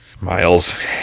Miles